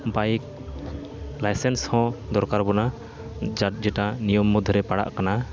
bike ᱞᱟᱭᱥᱮᱱᱥᱦᱚᱸ ᱫᱚᱨᱠᱟᱨ ᱟᱵᱚᱱᱟ ᱡᱟᱨ ᱡᱮᱴᱟ ᱱᱤᱭᱚᱢ ᱢᱚᱫᱽᱫᱷᱮᱨᱮ ᱯᱟᱲᱟᱜ ᱠᱟᱱᱟ